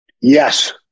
Yes